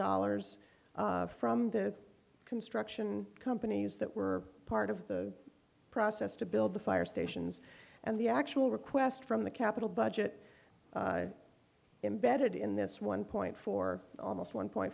dollars from the construction companies that were part of the process to build the fire stations and the actual request from the capital budget embedded in this one point four almost one point